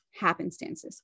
happenstances